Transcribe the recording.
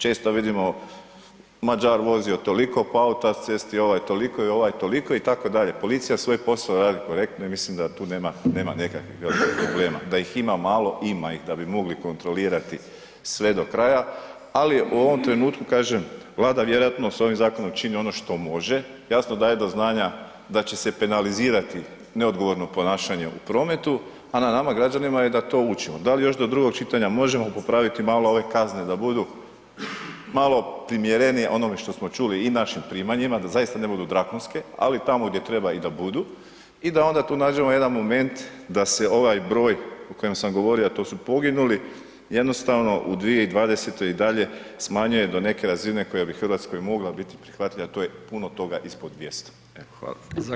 Često vidimo Mađar vozio toliko po autocesti, ovaj toliko i ovaj toliko itd., policija svoj posao radi korektno i mislim da tu nema nekakvih velikih problema, da ih ima malo, ima ih da bi mogli kontrolirati sve do kraja, ali u ovom trenutku kažem, Vlada vjerojatno s ovim zakonom čini ono što može, jasno daje do znanja da će se penalizirati neodgovorno ponašanje u prometu, a na nama građanima je da to učimo, da li još do drugog čitanja možemo popraviti malo ove kazne da budu malo primjerenije onome što smo čuli i našim primanjima da zaista ne budu drakonske, ali tamo gdje treba i da budu i da onda tu nađemo jedan moment da se ovaj broj o kojem sam govorio, a to su poginuli jednostavno u 2020. i dalje smanjuje do neke razine koja bi u RH mogla biti prihvatljiva, a to je puno toga ispod 200, evo hvala.